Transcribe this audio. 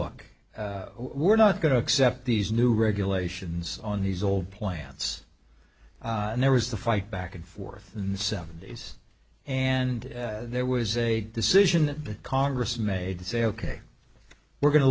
look we're not going to accept these new regulations on these old plants and there was the fight back and forth in the seventy's and there was a decision that congress made to say ok we're going to